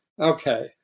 Okay